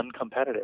uncompetitive